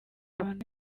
abantu